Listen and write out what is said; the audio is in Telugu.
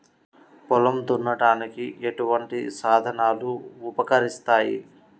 పొలం దున్నడానికి ఎటువంటి సాధనాలు ఉపకరిస్తాయి?